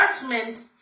judgment